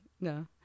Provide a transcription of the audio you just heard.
No